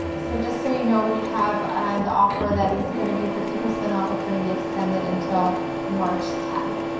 so just so you know, we have the offer that's gonna be fifty percent off, it's gonna be extended until march tenth,